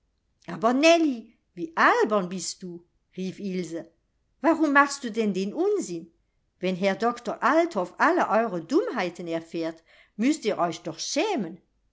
aber nellie wie albern bist du rief ilse warum machst du denn den unsinn wenn herr doktor althoff all eure dummheiten erfährt müßt ihr euch doch schämen